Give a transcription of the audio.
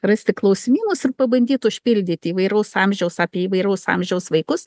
rasti klausimynus ir pabandyt užpildyt įvairaus amžiaus apie įvairaus amžiaus vaikus